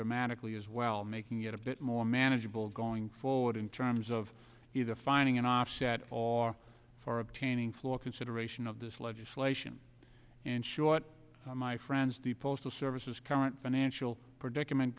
dramatically as well making it a bit more manageable going forward in terms of either finding an offset all for obtaining floor consideration of this legislation and short my friends the postal service is current financial predicament